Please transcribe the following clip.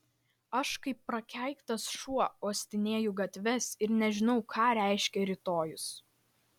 aš kaip prakeiktas šuo uostinėju gatves ir nežinau ką reiškia rytojus